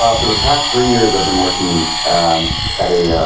um for the past three years i've been working at a